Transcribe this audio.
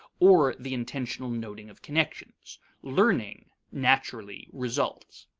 or the intentional noting of connections learning naturally results.